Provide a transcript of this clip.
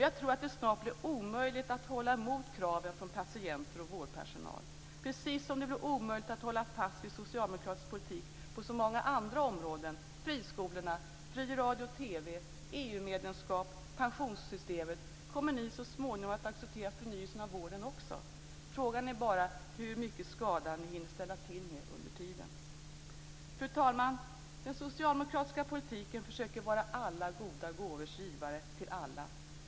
Jag tror att det snart blir omöjligt att hålla emot kraven från patienter och vårdpersonal. Precis som det blivit omöjligt att hålla fast vid socialdemokratisk politik på så många andra områden, t.ex. friskolorna, fri radio och TV, EU-medlemskap, pensionssystemet, kommer ni så småningom att acceptera förnyelsen av vården också. Frågan är bara hur mycket skada ni hinner ställa till med under tiden. Fru talman! Den socialdemokratiska politiken försöker vara alla goda gåvors givare till alla.